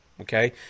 Okay